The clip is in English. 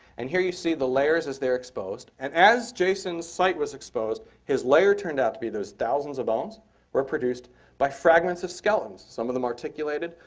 and here you see the layers as they're exposed. and as jason's site was exposed his layer turned out to be those thousands of bones were produced by fragments of skeletons, some of them articulated,